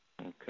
Okay